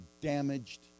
damaged